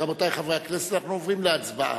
רבותי חברי הכנסת, אנחנו עוברים להצבעה.